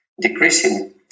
decreasing